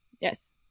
Yes